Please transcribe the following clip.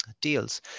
deals